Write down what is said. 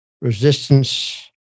resistance